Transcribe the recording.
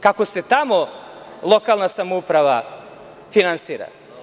Kako se tamo lokalna samouprava finansira?